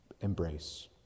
embrace